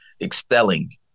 excelling